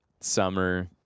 summer